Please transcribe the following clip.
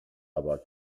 aber